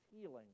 healing